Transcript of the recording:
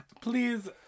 please